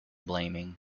blaming